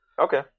Okay